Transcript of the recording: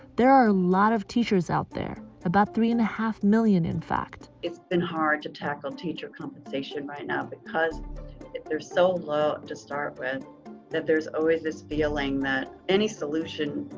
there are a lot of teachers out there, about three and a half million in fact. it's been hard to tackle teacher compensation right now because there's so low to start with that there's always this feeling that any solution,